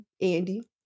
Andy